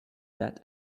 that